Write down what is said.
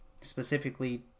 specifically